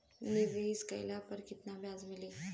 निवेश काइला पर कितना ब्याज मिली?